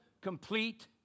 complete